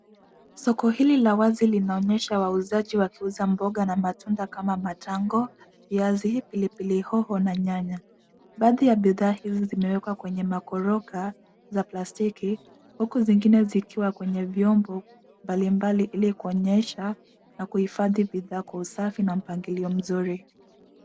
Soko hili la wazi linaonyesha wauzaji wakiuza mboga na matunda kama matango, viazi, pilipili hoho na nyanya. Baadhi ya bidhaa hizi zimewekwa kwenye makoroka za plastiki huku zingine zikiwa kwenye vyombo mbalimbali ili kuonyesha na kuhifadhi bidhaa kwa usafi na mpangilio mzuri.